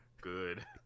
Good